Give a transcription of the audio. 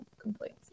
complaints